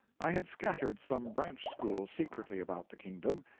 i had scattered some branch schools secretly about the kingdom,